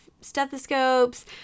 stethoscopes